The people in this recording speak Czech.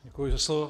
Děkuji za slovo.